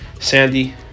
sandy